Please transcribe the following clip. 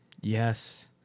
Yes